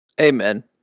Amen